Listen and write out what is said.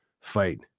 fight